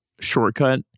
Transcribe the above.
shortcut